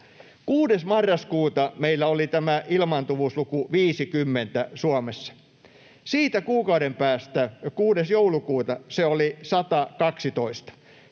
6. marraskuuta meillä oli tämä ilmaantuvuusluku 50 Suomessa. Siitä kuukauden päästä, 6. joulukuuta, se oli 112.